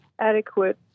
adequate